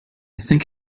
think